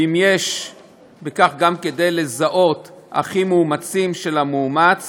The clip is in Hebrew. ואם יש בכך גם כדי לזהות אחים מאומצים של המאומץ